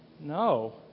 no